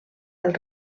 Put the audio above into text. del